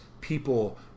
people